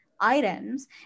items